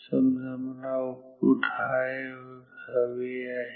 समजा मला आउटपुट हाय हवे आहे